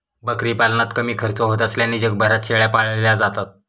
बकरी पालनात कमी खर्च होत असल्याने जगभरात शेळ्या पाळल्या जातात